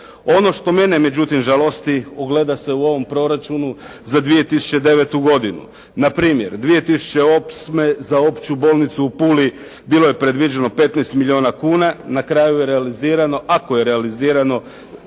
Ono što mene međutim, žalosti ogleda se u ovom proračunu za 2009. godinu. Na primjer 2008. za opću bolnicu u Puli bilo je predviđeno 15 milijuna kuna, na kraju je realizirano, ako je realizirano